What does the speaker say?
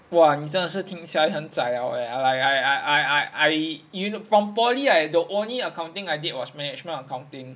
!wah! 你真的是听起来很 zai liao leh I~ I~ I~ I~ I~ from poly I the only accounting I did was management accounting